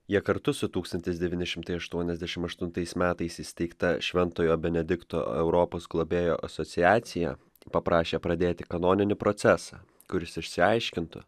jie kartu su tūkstantis devyni šimtai aštuoniasdešimt aštuntais metais įsteigta šventojo benedikto europos globėjų asociacija paprašė pradėti kanoninį procesą kuris išsiaiškintų